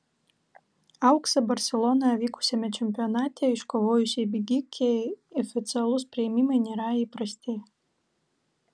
auksą barselonoje vykusiame čempionate iškovojusiai bėgikei oficialūs priėmimai nėra įprasti